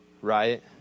right